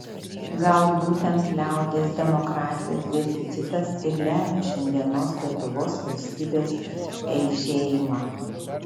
gal būtent liaudies demokratijos deficitas ir lemia šiandienos lietuvos valstybės eižėjimą